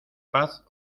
paz